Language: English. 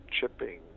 chipping